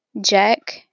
Jack